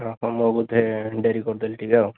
ଓ ହୋ ମୁଁ ବୋଧେ ଡ଼େରି କରିଦେଲି ଟିକିଏ ଆଉ